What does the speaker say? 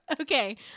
Okay